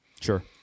Sure